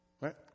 Right